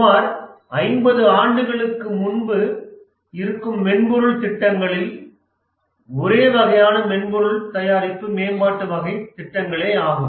சுமார் 50 ஆண்டுகளுக்கு முன்பு இருக்கும் மென்பொருள் திட்டங்களின் ஒரே வகையாக மென்பொருள் தயாரிப்பு மேம்பாட்டு வகை திட்டங்களேயாகும்